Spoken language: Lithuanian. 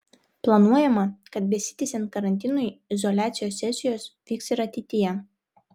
planuojama kad besitęsiant karantinui izoliacijos sesijos vyks ir ateityje